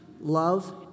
love